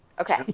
Okay